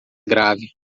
grave